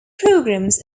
programs